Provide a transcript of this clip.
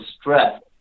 stress